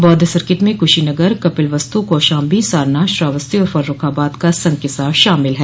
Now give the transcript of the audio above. बौद्ध सर्किट में कुशीनगर कपिलवस्तु कौशाम्बी सारनाथ श्रावस्ती और फर्रूखाबाद का संकिसा शामिल है